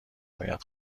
باید